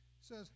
says